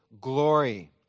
glory